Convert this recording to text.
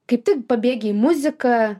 kaip tik pabėgi į muzika